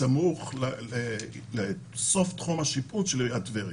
בסמוך לסוף תחום השיפוט של עיריית טבריה.